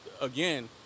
again